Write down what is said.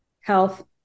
health